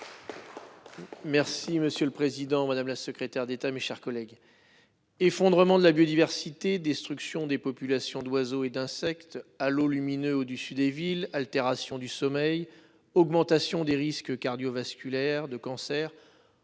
Merci monsieur le président, madame la secrétaire d'État, mes chers collègues. Effondrement de la biodiversité, destruction des populations d'oiseaux et d'insectes allô lumineux ou du sud, des villes altérations du sommeil, augmentation des risques cardiovasculaires de cancers.